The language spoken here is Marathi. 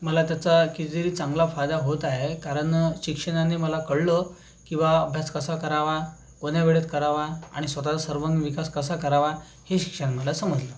मला त्याचा किझिली चांगला फायदा होत आहे कारण शिक्षणाने मला कळलं किंवा अभ्यास कसा करावा कोण्या वेळेत करावा आणि स्वतःचा सर्वांगीण विकास कसा करावा हे शिक्षण मला समजलं